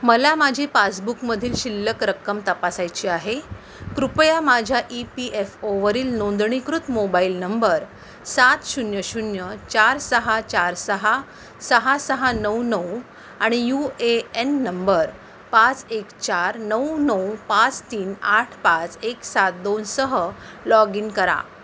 मला माझी पासबुकमधील शिल्लक रक्कम तपासायची आहे कृपया माझ्या ई पी एफ ओवरील नोंदणीकृत मोबाईल नंबर सात शून्य शून्य चार सहा चार सहा सहा सहा नऊ नऊ आणि यू ए एन नंबर पाच एक चार नऊ नऊ पाच तीन आठ पाच एक सात दोन सह लॉग इन करा